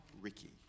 Ricky